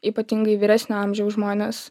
ypatingai vyresnio amžiaus žmonės